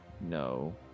No